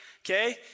okay